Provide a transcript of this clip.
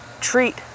treat